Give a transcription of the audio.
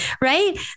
right